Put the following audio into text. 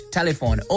Telephone